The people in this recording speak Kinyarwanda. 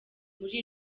muri